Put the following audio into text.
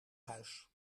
huis